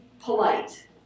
polite